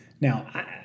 Now